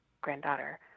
granddaughter